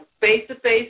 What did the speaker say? face-to-face